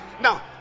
now